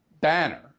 banner